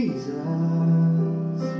Jesus